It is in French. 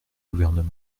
gouvernement